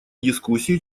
дискуссии